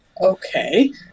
Okay